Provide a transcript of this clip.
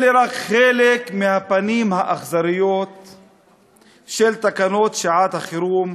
אלה רק חלק מהפנים האכזריות של תקנות שעת-החירום,